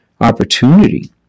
opportunity